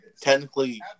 technically